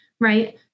right